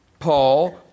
Paul